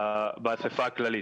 באספה הכללית.